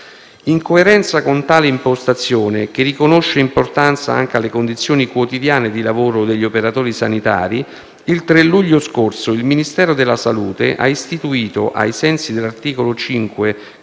In coerenza con tale impostazione, che riconosce importanza anche alle condizioni quotidiane di lavoro degli operatori sanitari, il 3 luglio scorso, il Ministero della salute ha istituito, ai sensi dell'articolo 5,